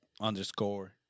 underscore